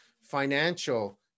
financial